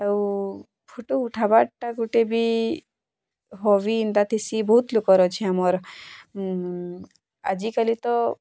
ଆଉ ଫଟୋ ଉଥବାରଟା ଗୁଟେ ବି ହବି ଏନ୍ତା ଥିସି ବହୁତ ଲୋକର ଅଛି ଆମର ଆଜିକାଲି ତ